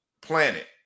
planet